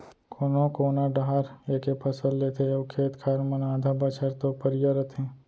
कोनो कोना डाहर एके फसल लेथे अउ खेत खार मन आधा बछर तो परिया रथें